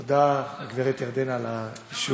תודה על האישור.